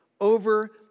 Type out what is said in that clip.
over